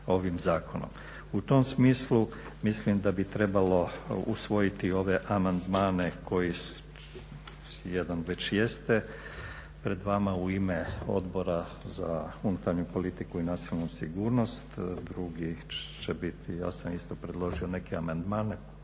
U tom smislu mislim da bi trebalo usvojiti ove amandmane koji jedan već jeste pred vama u ime Odbora za unutarnju politiku i nacionalu sigurnost, drugi će biti, ja sam isto predložio neke amandmane.